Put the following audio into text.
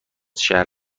شهر